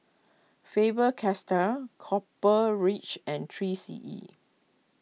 Faber Castell Copper Ridge and three C E